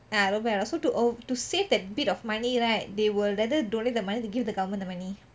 ah ரொம்ப ஆயிரும்:rombe aaiyirum so to av~ to save that bit of money right they will rather donate the money to give the government the money